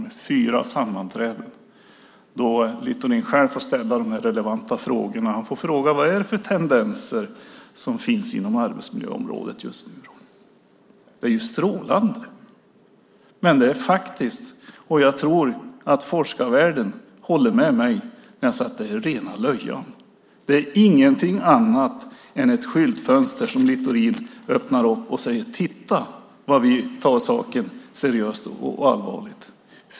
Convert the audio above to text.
Det gäller fyra sammanträden då Littorin själv får ställa de relevanta frågorna. Han får fråga vad det är för tendenser som finns på arbetsmiljöområdet just nu. Det är ju strålande! Och jag tror att forskarvärlden håller med mig när jag säger att det är rena löjan. Det är ingenting annat än ett skyltfönster som Littorin öppnar och säger: Titta vad vi tar saken seriöst och allvarligt!